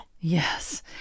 yes